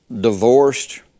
divorced